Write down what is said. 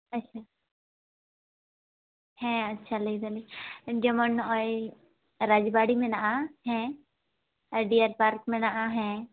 ᱟᱪᱪᱷᱟ ᱦᱮᱸ ᱟᱪᱪᱷᱟ ᱞᱟᱹᱭᱫᱟᱞᱤᱧ ᱡᱮᱢᱚᱱ ᱱᱚᱜᱼᱚᱭ ᱨᱟᱡᱽᱵᱟᱲᱤ ᱢᱮᱱᱟᱜᱼᱟ ᱦᱮᱸ ᱟᱨ ᱰᱤᱭᱟᱨ ᱯᱟᱨᱠ ᱢᱮᱱᱟᱜᱼᱟ ᱦᱮᱸ